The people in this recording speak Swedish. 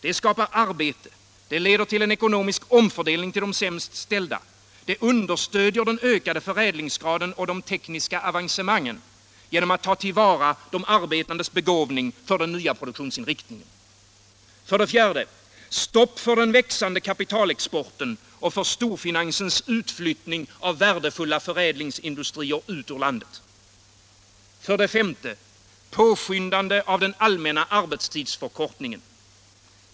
Det skapar arbete, det leder till en ekonomisk omfördelning till de sämst ställda, det understöder den ökade förädlingsgraden och de tekniska avancemangen genom att ta till vara de arbetandes begåvning för den nya produktionsinriktningen. 5. Påskyndande av den allmänna arbetstidsförkortningen.